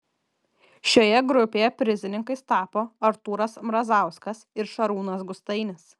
šioje grupėje prizininkais tapo artūras mrazauskas ir šarūnas gustainis